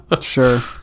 Sure